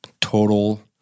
Total